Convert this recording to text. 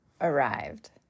arrived